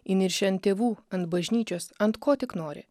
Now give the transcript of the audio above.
įniršę ant tėvų ant bažnyčios ant ko tik nori